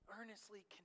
Earnestly